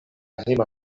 hejma